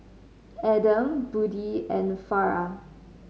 Adam Budi and Farah